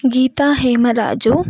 Geetha Hemaraju